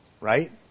Right